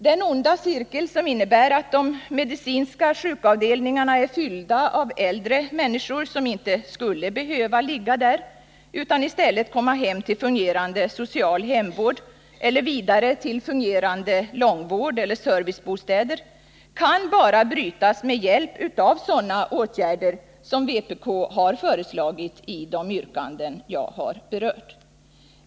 Den onda cirkel som innebär att de medicinska sjukavdelningarna är fyllda av äldre människor som inte skulle behöva ligga där utan i stället kunna komma hem till fungerande social hemvård eller vidare till fungerande långvård eller servicebostäder kan bara brytas genom sådana åtgärder som vpk har föreslagit i de yrkanden som jag har berört.